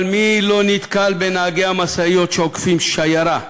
אבל מי לא נתקל בנהגי המשאיות שעוקפים שיירה,